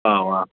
वाह वाह